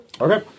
Okay